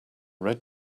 red